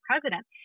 president